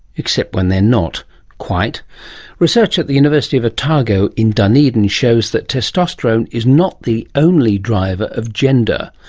except when they are not quite. the research at the university of otago in dunedin shows that testosterone is not the only driver of gender,